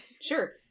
Sure